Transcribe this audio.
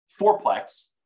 fourplex